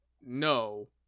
no